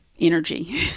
energy